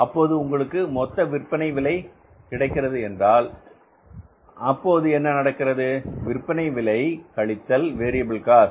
அப்போது உங்களுக்கு மொத்த விற்பனை விலை கிடைக்கிறது என்றால் அப்போது என்ன நடக்கிறது விற்பனை விலை கழித்தல் வேரியபில் காஸ்ட்